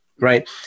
right